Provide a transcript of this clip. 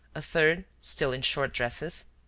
a third still in short dresses,